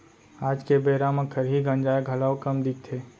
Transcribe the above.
आज के बेरा म खरही गंजाय घलौ कम दिखथे